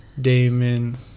damon